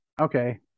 Okay